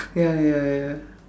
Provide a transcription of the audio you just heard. ya ya ya ya ya